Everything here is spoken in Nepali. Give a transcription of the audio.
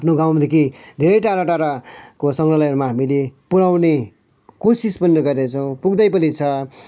आफ्नो गाउँदेखि धेरै टाढा टाढाको सङ्ग्रहालयहरूमा हामीले पुऱ्याउने कोसिस पनि गरिरहेछौँ पुग्दै पनि छ